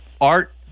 Art